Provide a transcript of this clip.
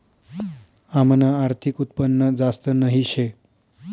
आमनं आर्थिक उत्पन्न जास्त नही शे